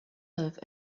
love